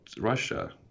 Russia